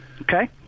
Okay